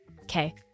Okay